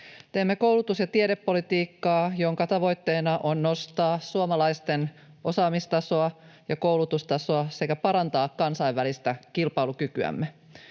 Teemme koulutus- ja tiedepolitiikkaa, jonka tavoitteena on nostaa suomalaisten osaamistasoa ja koulutustasoa sekä parantaa kansainvälistä kilpailukykyämme.